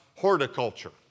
Horticulture